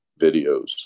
videos